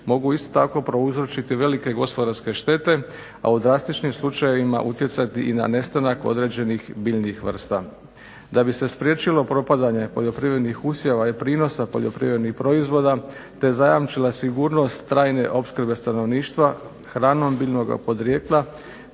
Mogu isto tako prouzročiti velike gospodarske štete, a u drastičnim slučajevima utjecati i na nestanak određenih biljnih vrsta. Da bi se spriječilo propadanje poljoprivrednih usjeva i prinosa poljoprivrednih proizvoda, te zajamčila sigurnost trajne opskrbe stanovništva hranom biljnoga podrijetla,